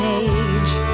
age